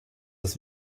das